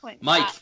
Mike